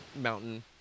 mountain